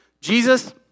Jesus